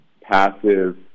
passive